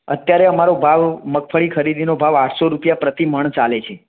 અત્યારે અમારો ભાવ મગફળી ખરીદીનો ભાવ આઠસો રૂપિયા પ્રતિ મણ ચાલે છે